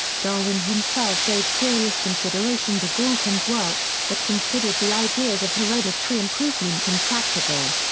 darwin himself gave serious consideration to galton's work, but considered the ideas of hereditary improvement impractical.